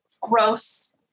gross